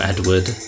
Edward